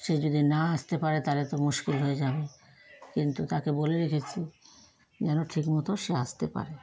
সে যদি না আসতে পারে তাহলে তো মুশকিল হয়ে যাবে কিন্তু তাকে বলে রেখেছি যেন ঠিক মতো সে আসতে পারে